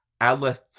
Aleph